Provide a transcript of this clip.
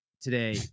today